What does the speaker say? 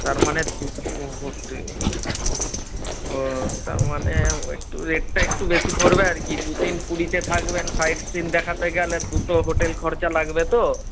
তার মানে দুটো হোটেল ও তার মানে একটু রেটটা একটু বেশি পড়বে আর কি দুদিন পুরীতে থাকবেন সাইট সিন দেখাতে গেলে দুটো হোটেল খরচা লাগবে তো